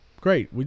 great